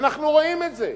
אנחנו רואים את זה.